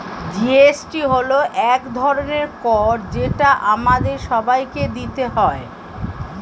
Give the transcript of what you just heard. GST হল এক ধরনের কর যেটা আমাদের সবাইকে দিতে হয়